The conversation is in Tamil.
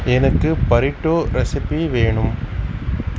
எனக்கு பரீட்டோ ரெசிபி வேணும்